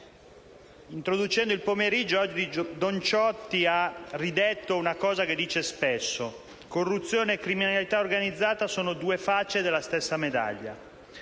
Introducendo la sessione pomeridiana, oggi don Ciotti ha ripetuto una cosa che dice spesso: «Corruzione e criminalità organizzata sono due facce della stessa medaglia».